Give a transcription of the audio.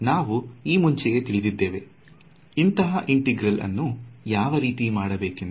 ನಾವು ಈ ಮುಂಚೆಯೇ ತಿಳಿದಿದ್ದೇವೆ ಇಂತಹ ಇಂಟೆಗ್ರಲ್ ಅನ್ನು ಯಾವ ರೀತಿ ಮಾಡಬೇಕೆಂದು